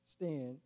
Stand